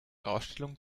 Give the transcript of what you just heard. ausstellung